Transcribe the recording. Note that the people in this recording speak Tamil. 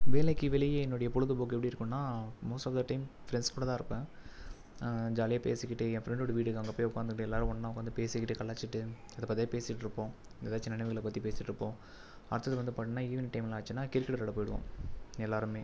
வேலைக்கு வெளியே என்னுடைய பொழுது போக்கு எப்படி இருக்குதுனா most of the time friends கூட தான் இருப்பேன் ஜாலியா பேசிக்கிட்டே என் ஃப்ரெண்ட்டோட வீடு இருக்குது அங்கே போய் உட்காந்துகிட்டு எல்லாரும் ஒன்னா உட்காந்து பேசிக்கிட்டு கலாச்சிட்டு இதை பத்தியே பேசிட்டுருப்போம் எதாச்சும் நினைவுகளை பற்றி பேசிட்டுருப்போம் அடுத்தது வந்து பார்த்தீங்கன்னா ஈவினிங் டைம்லாம் ஆச்சுன்னா கிரிக்கெட் விளாட போயிடுவோம் எல்லாருமே